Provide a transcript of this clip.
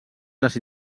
les